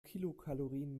kilokalorien